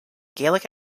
gaelic